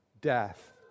death